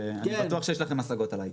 אני בטוח שיש לכם השגות עליי.